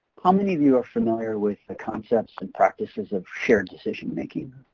how many of you are familiar with the concepts and practices of shared decision-making,